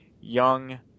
young